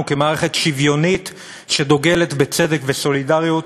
כמערכת שוויונית שדוגלת בצדק וסולידריות,